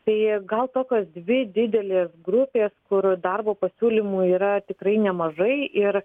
tai gal tokios dvi didelės grupės kur darbo pasiūlymų yra tikrai nemažai ir